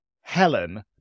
Helen